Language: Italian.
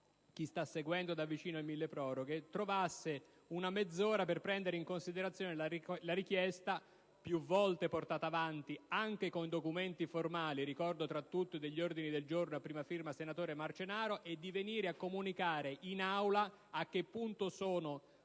spererei che il Governo trovasse una mezz'ora per prendere in considerazione la richiesta, più volte portata avanti, anche con documenti formali - (ricordo, tra tutti, alcuni ordini del giorno a prima firma del senatore Marcenaro), di venire a comunicare in Aula a che punto sono